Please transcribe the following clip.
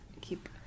keep